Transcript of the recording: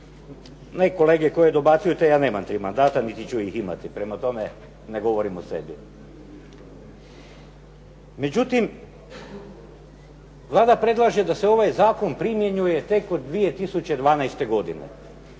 nek kolege koje dobacuju te, ja nemam tri mandata niti ću ih imati. Prema tome, ne govorim o sebi. Međutim, Vlada predlaže da se ovaj zakon primjenjuje tek od 2012. godine